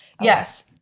Yes